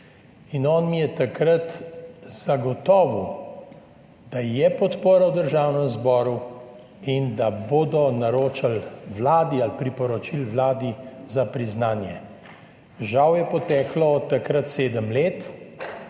In on mi je takrat zagotovil, da je podpora v Državnem zboru in da bodo naročili vladi ali priporočili vladi za priznanje. Žal je poteklo od takrat sedem let,